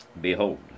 Behold